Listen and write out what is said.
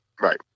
Right